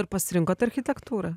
ir pasirinkot architektūrą